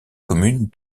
commune